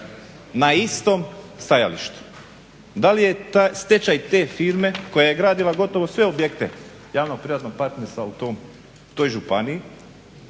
na istom stajalištu, da li je stečaj te firme koja je gradila gotovo sve objekte javnog-privatnog partnerstva u toj županiji,